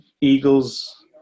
Eagles